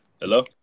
Hello